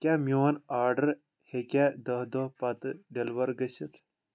کیٛاہ میون آرڈر ہیٚکیٛاہ دہ دۄہ پتہٕ ڈیلور گٔژھِتھ